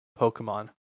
Pokemon